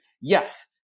yes